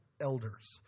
elders